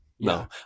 No